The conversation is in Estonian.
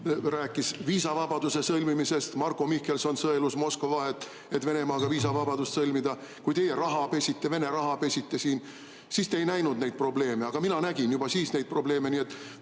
rääkis viisavabaduse sõlmimisest. Marko Mihkelson sõelus Moskva vahet, et Venemaaga viisavabadust sõlmida. Kui teie raha pesite, Vene raha pesite siin, siis te ei näinud neid probleeme. Aga mina nägin juba siis neid probleeme. Nii et